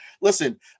Listen